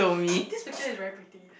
this picture is very pretty